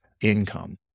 income